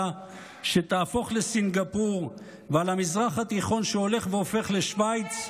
שתהפוך לסינגפור ועל המזרח התיכון שהולך והופך לשווייץ,